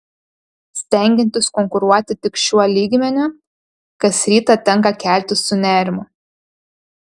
stengiantis konkuruoti tik šiuo lygmeniu kas rytą tenka keltis su nerimu